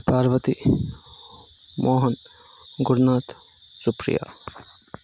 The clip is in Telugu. పార్వతి మోహన్ గురునాథ్ సుప్రియా